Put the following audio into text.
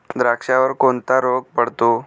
द्राक्षावर कोणता रोग पडतो?